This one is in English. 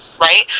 right